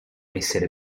essere